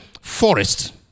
forests